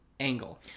Angle